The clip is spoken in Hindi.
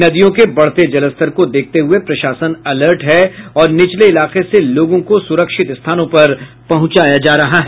नदियों के बढ़ते जलस्तर को देखते हुए प्रशासन अलर्ट है और निचले इलाके से लोगों को सुरक्षित स्थानों पर पहुंचाया जा रहा है